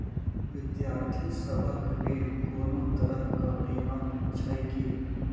विद्यार्थी सभक लेल कोनो तरह कऽ बीमा छई की?